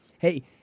Hey